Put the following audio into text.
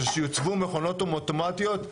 זה שיוצבו מכונות אוטומטיות.